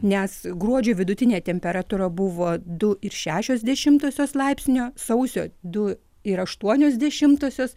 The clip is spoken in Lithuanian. nes gruodžio vidutinė temperatūra buvo du ir šešios dešimtosios laipsnio sausio du ir aštuonios dešimtosios